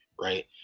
right